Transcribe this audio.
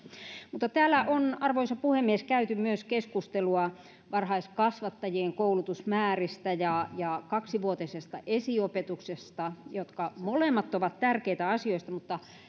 mutta täällä on arvoisa puhemies käyty keskustelua myös varhaiskasvattajien koulutusmääristä ja ja kaksivuotisesta esiopetuksesta jotka molemmat ovat tärkeitä asioita mutta